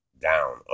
down